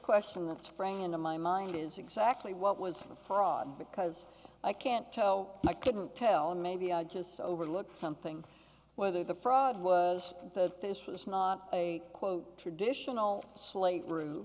question that sprang into my mind is exactly what was because i can't tell i couldn't tell maybe i just overlooked something whether the fraud was that this was not a quote traditional slate roof